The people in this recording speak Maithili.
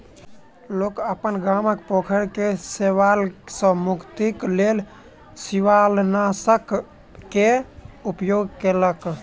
लोक अपन गामक पोखैर के शैवाल सॅ मुक्तिक लेल शिवालनाशक के उपयोग केलक